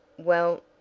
well,